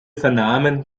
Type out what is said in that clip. vernahmen